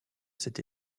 cet